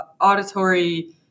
auditory